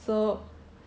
drama